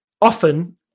often